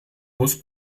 muss